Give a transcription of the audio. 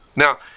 Now